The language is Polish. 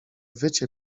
wycie